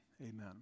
Amen